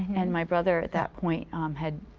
and my brother at that point um had